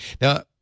Now